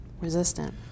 resistant